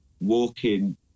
walking